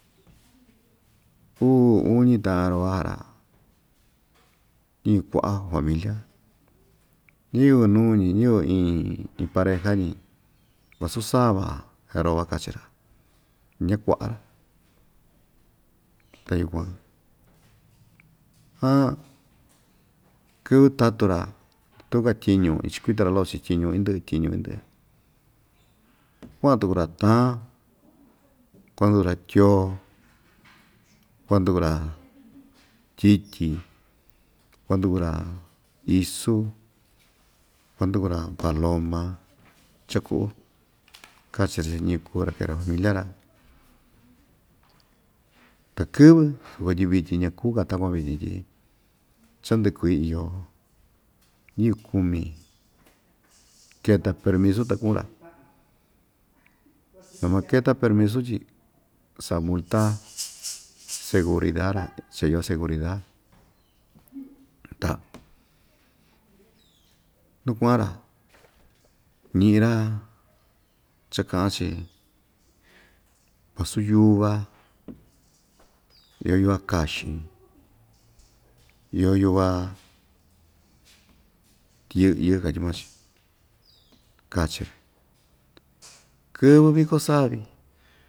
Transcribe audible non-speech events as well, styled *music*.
Uu uñi taꞌan arova iin kuaꞌa familia ñiyɨvɨ nuu‑ñi ñiyɨvɨ iin pareja‑ñi vasu sava arova kachi‑ra ñakuaꞌa ta yukuan aan kɨ́vɨ́ tatu‑ra tuu‑ka tyiñu ichikuita‑ra loꞌo chiꞌin tyiñu indɨꞌɨ tyiñu indɨꞌɨ kuaꞌan tuku‑ra taan kuanduku‑ra tyoo kuanduku‑ra tyityi kuanduku‑ra isu kuanduku‑ra paloma chaꞌa kuꞌu kachi‑ra chiꞌin ñiyɨvɨ kuu‑ra kee‑ra familia‑ra takɨvɨ soko tyi vityin tyi ñakuu‑ka takuan vityin chandɨꞌɨ kui iyo ñiyɨvɨ kumi keta permisu ta kuꞌu‑ra na maketa permisu tyi saꞌa multa *noise* seguridad cha iyo seguridad ta nuu kuaꞌa‑ra ñiꞌi‑ra cha kaꞌa‑chi vasu yuva iyo yuva kaxin iyo yuva yɨꞌyɨ katyi maa‑chi kachio kɨ́vɨ́ viko savi.